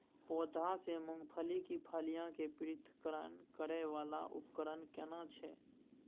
पौधों से मूंगफली की फलियां के पृथक्करण करय वाला उपकरण केना छै?